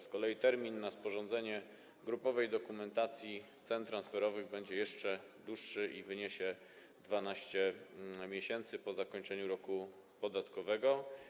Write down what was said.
Z kolei termin na sporządzenie grupowej dokumentacji cen transferowych będzie jeszcze dłuższy i wyniesie 12 miesięcy po zakończeniu roku podatkowego.